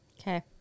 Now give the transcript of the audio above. Okay